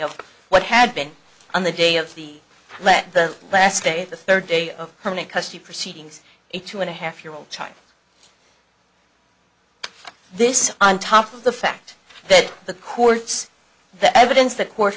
of what had been on the day of the let the last day of the third day of permanent custody proceedings a two and a half year old child this is on top of the fact that the courts the evidence that cour